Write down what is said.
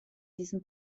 diesem